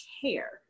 care